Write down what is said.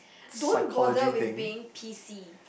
don't bother with being pissy